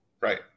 Right